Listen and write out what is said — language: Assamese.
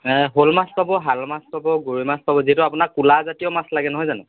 শ'ল মাছ পাব শাল মাছ পাব গৰৈ মাছ পাব যিহেতু আপোনাক ক'লাজাতীয় মাছ লাগে নহয় জানো